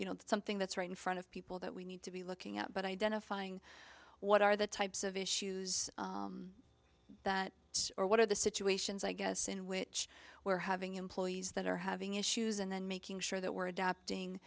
you know something that's right in front of people that we need to be looking at but identifying what are the types of issues that are what are the situations i guess in which we're having employees that are having issues and then making sure that we're adapting